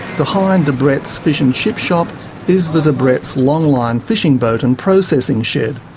behind debrett's fish and chip shop is the debrett long-line fishing boat and processing shed.